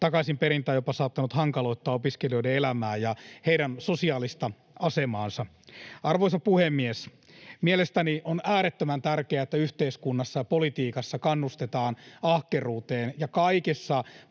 takaisinperintä on jopa saattanut hankaloittaa opiskelijoiden elämää ja heidän sosiaalista asemaansa. Arvoisa puhemies! Mielestäni on äärettömän tärkeää, että yhteiskunnassa ja politiikassa kannustetaan ahkeruuteen ja kaikissa